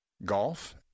Golf